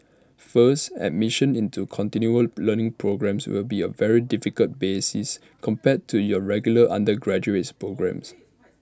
first admission into continual learning programmes will be A very different basis compared to your regular undergraduates programmes